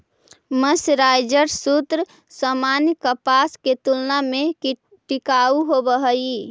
mercerised सूत सामान्य कपास के तुलना में टिकाऊ होवऽ हई